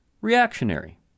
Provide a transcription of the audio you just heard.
reactionary